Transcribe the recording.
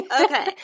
Okay